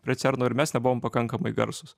prie cerno ir mes nebuvom pakankamai garsūs